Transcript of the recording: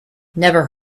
never